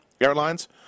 Airlines